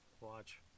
watch